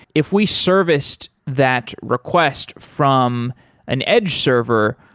if we serviced that request from an edge server,